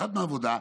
אחת מהעבודה.